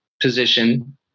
position